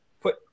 put